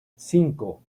cinco